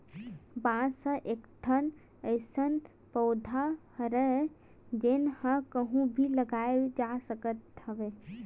बांस ह एकठन अइसन पउधा हरय जेन ल कहूँ भी लगाए जा सकत हवन